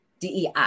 DEI